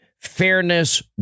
fairness